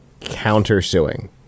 counter-suing